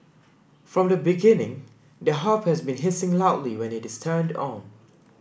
from the beginning the hob has been hissing loudly when it is turned on